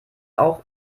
auch